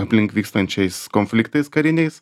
aplink vykstančiais konfliktais kariniais